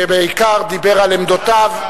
שבעיקר דיבר על עמדותיו,